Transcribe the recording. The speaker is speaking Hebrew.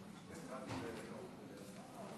22,